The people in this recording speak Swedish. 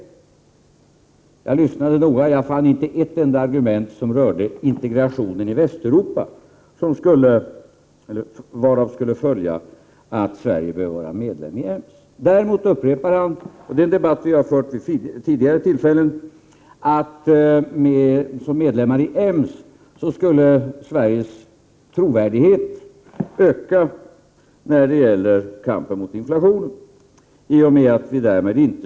Jag lyssnade noga, men jag fann inte ett enda argument som rörde integrationen i Västeuropa, varav skulle följa att Sverige behöver vara medlem av EMS. Däremot upprepade han — och det är en debatt som vi har fört vid tidigare tillfällen — att Sveriges trovärdighet när det gäller kampen mot inflationen skulle öka, om Sverige blev medlem av EMS.